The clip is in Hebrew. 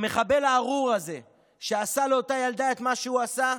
המחבל הארור הזה שעשה לאותה ילדה את מה שהוא עשה,